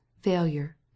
failure